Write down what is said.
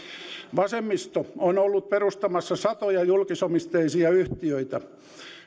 vasemmisto on ollut perustamassa satoja julkisomisteisia yhtiöitä